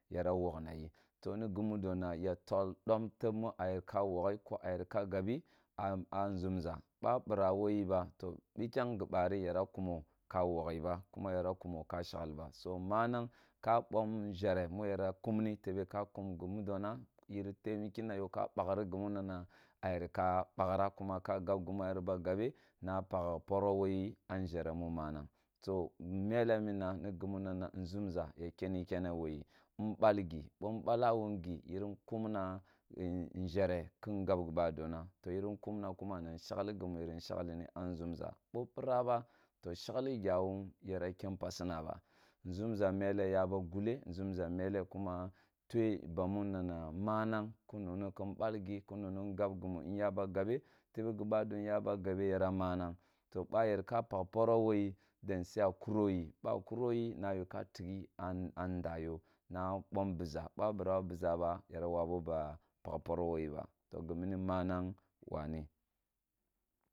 Yara wogh na yi to ne gumu do na tol dom teb mu a yara ko woghi ko ayer ka gabi a nʒumʒa ba bira wo yiba kiyang gi bari yara muko ka shaghi ba si manang ka bom nzhere mu yara kumni tebe ka kum gumu do na yiri temeki na yo tebe ka baghro gimu na na ciyer la baghra kuma ka gab gumua yerba gabe na pakh poro wo yi a nʒhee mu manang so mele muan ni gemu nana nʒumza ya ken i kene wo yi mbalgi, bo mbalawan gi yirin kumna nzhere ki ngah gi badona to yirin kumna kuma na nshagh gimu yirin shagh ni a nʒumʒa bbo bira ba to shagle gya wun yara ke n pasina ba nʒumʒa meke ya ba gullo nʒumza mele kuma thee bamu nana manang ki na na kenbalgikeni no ngab gumu nyaba gabe tebe go ba do nyaba gabe yara manang to ba yer ka pakh poro wo iye dense a kuro yi bo a kuro yi na yi ka tighi a a nda yo na bom biʒa boa bira wo biʒa ba yana wabu ba pakh poro wo yi ba to gimi ni manang wane.